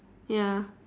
ya